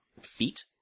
feet